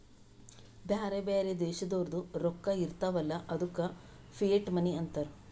ಬ್ಯಾರೆ ಬ್ಯಾರೆ ದೇಶದೋರ್ದು ರೊಕ್ಕಾ ಇರ್ತಾವ್ ಅಲ್ಲ ಅದ್ದುಕ ಫಿಯಟ್ ಮನಿ ಅಂತಾರ್